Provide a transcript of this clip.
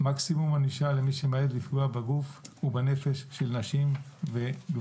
מקסימום ענישה למי שמעז לפגוע בגוף ובנפש של נשים וגברים.